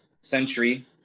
century